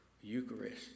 Eucharist